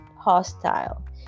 hostile